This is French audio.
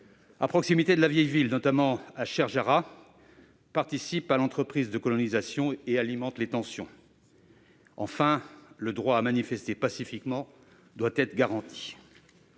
à proximité de la vieille ville, notamment à Cheikh Jarrah, participent à l'entreprise de colonisation et alimentent les tensions. Enfin, le droit à manifester pacifiquement doit être garanti.